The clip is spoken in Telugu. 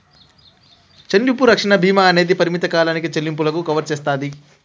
చెల్లింపు రక్షణ భీమా అనేది పరిమిత కాలానికి చెల్లింపులను కవర్ చేస్తాది